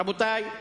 רבותי,